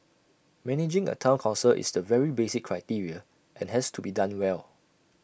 managing A Town Council is the very basic criteria and has to be done well